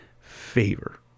favor